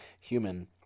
human